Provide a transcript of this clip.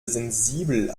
sensibel